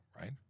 right